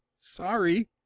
Sorry